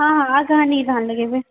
हँ अगहनी धान लगेबै